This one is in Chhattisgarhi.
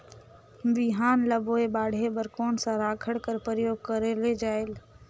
बिहान ल बोये बाढे बर कोन सा राखड कर प्रयोग करले जायेल?